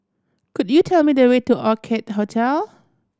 could you tell me the way to Orchid Hotel